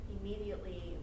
immediately